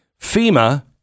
FEMA